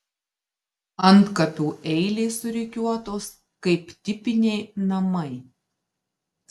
antkapių eilės surikiuotos kaip tipiniai namai